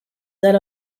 that